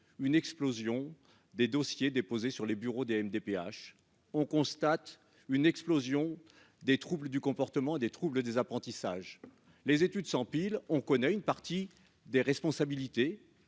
une explosion des dossiers déposés sur les bureaux des MDPH, on constate une explosion des troubles du comportement, des troubles des apprentissages. Les études s'empilent on connaît une partie des responsabilités,